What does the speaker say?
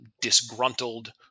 disgruntled